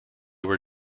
were